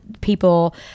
people